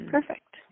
Perfect